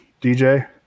DJ